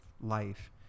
life